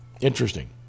Interesting